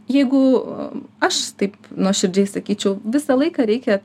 jeigu aš taip nuoširdžiai sakyčiau visą laiką reikia